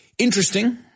Interesting